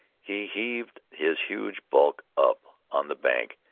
he heaved his huge bulk up on the bank,